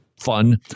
fun